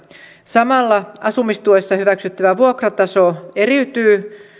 samalla asumistuessa hyväksyttävä vuokrataso eriytyy